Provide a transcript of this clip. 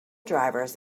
drivers